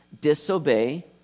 disobey